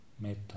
Metta